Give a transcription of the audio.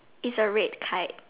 it's a red kite